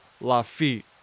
Lafitte